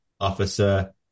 Officer